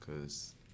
cause